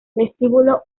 vestíbulo